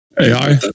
AI